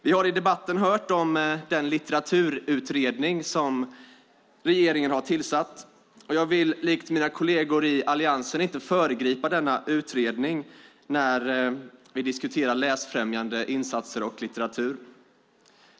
Vi har i debatten hört om den litteraturutredning som regeringen har tillsatt. Jag vill likt mina kolleger i Alliansen inte föregripa denna utredning när vi diskuterar läsfrämjande insatser och litteratur.